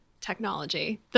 technology